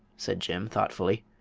said jim, thoughtfully.